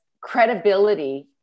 credibility